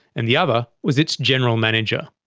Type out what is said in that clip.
and the other was its general manager.